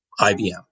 IBM